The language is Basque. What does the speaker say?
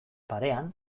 parean